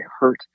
hurt